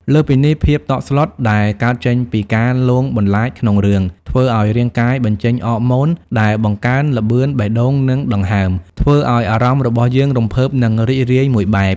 លើសពីនេះ ភាពតក់ស្លុតដែលកើតចេញពីការលងបន្លាចក្នុងរឿង ធ្វើឲ្យរាងកាយបញ្ចេញអរម៉ូន ដែលបង្កើនល្បឿនបេះដូងនិងដង្ហើម ធ្វើឲ្យអារម្មណ៍របស់យើងរំភើបនិងរីករាយមួយបែប។